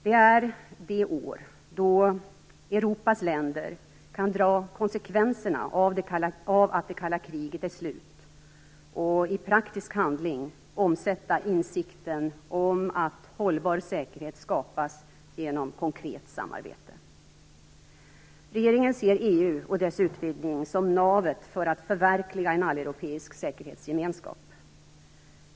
Det är det år då Europas länder kan dra konsekvensen av att det kalla kriget är slut och i praktisk handling omsätta insikten om att hållbar säkerhet skapas genom konkret samarbete. Regeringen ser EU och dess utvidgning som navet för att förverkliga en alleuropeisk säkerhetsgemenskap.